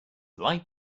like